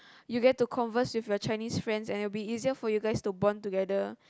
you get to converse with your Chinese friends and it will be for you guys to bond together